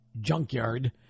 junkyard